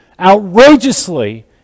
outrageously